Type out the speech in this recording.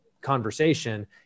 conversation